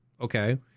Okay